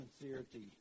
sincerity